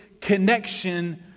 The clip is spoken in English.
connection